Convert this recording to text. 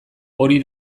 hori